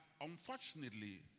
unfortunately